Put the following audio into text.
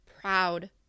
proud